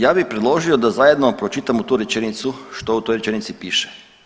Ja bi predložio da zajedno pročitamo tu rečenicu što u toj rečenici piše.